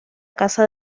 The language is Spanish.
casa